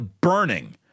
burning